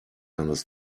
hannes